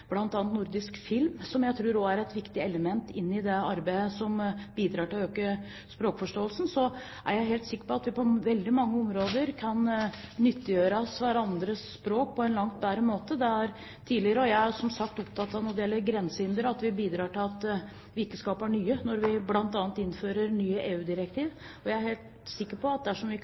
et viktig element i det arbeidet som bidrar til å øke språkforståelsen. Jeg er helt sikker på at vi på veldig mange områder kan nyttiggjøre oss hverandres språk på en langt bedre måte enn tidligere. Når det gjelder grensehindre, er jeg som sagt opptatt av at vi bidrar slik at vi ikke skaper nye når vi bl.a. innfører nye EU-direktiv. Jeg er helt sikker på at dersom vi